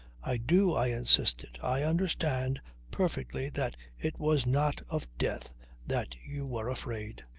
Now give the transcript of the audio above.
i do, i insisted. i understand perfectly that it was not of death that you were afraid.